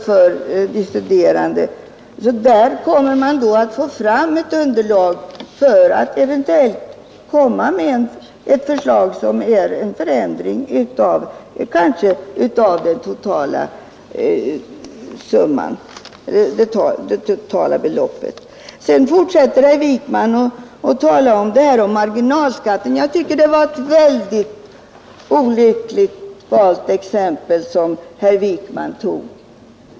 Genom de utredningarna kommer vi så småningom att få ett underlag som gör att vi eventuellt kan föreslå en ändring av det totala beloppet. Sedan fortsätter herr Wijkman att tala om marginalskatten, men jag tycker att det var ett mycket olyckligt valt exempel som herr Wijkman tog.